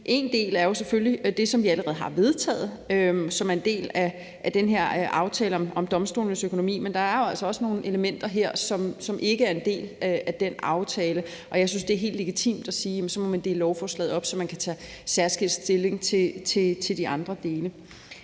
af det er jo selvfølgelig det, som vi allerede har vedtaget, som er den her aftale om domstolenes økonomi, men der er jo altså også nogle elementer her, som ikke er en del af den aftale, og jeg synes, det er helt legitimt at sige, at så må man dele lovforslaget op, så man kan tage særskilt stilling til de andre dele.